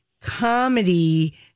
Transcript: comedy